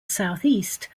southeast